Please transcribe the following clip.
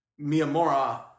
Miyamura